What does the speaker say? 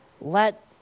let